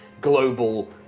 global